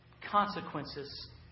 consequences